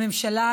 הממשלה,